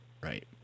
Right